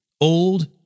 old